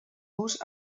vos